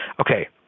okay